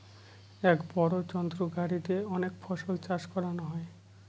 এক বড় যন্ত্র গাড়ি দিয়ে অনেক ফসল চাষ করানো যায়